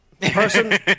Person